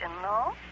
no